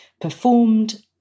performed